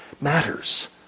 matters